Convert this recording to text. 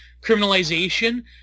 criminalization